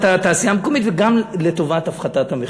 התעשייה המקומית וגם לטובת הפחתת המחירים.